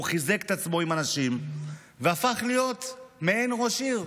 הוא חיזק את עצמו עם אנשים והפך להיות מעין ראש העיר.